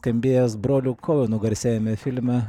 nuskambėjęs brolių kounų garsiajame filme